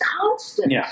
constant